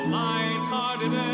light-hearted